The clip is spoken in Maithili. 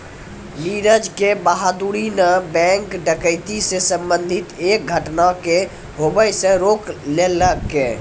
नीरज के बहादूरी न बैंक डकैती से संबंधित एक घटना के होबे से रोक लेलकै